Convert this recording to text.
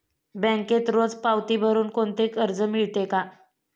बँकेत रोज पावती भरुन कोणते कर्ज मिळते का?